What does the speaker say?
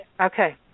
Okay